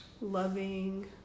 loving